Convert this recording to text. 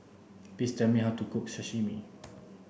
please tell me how to cook Sashimi